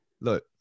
Look